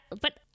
but-